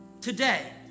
today